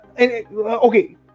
Okay